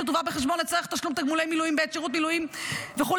שתובא בחשבון לצורך תשלום תגמולי מילואים בעת שירות מילואים וכו'